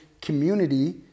community